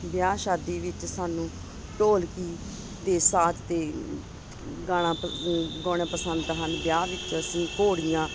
ਵਿਆਹ ਸ਼ਾਦੀ ਵਿੱਚ ਸਾਨੂੰ ਢੋਲਕੀ ਅਤੇ ਸਾਜ਼ 'ਤੇ ਗਾਣਾ ਗਾਉਣਾ ਪਸੰਦ ਹਨ ਵਿਆਹ ਵਿੱਚ ਅਸੀਂ ਘੋੜੀਆਂ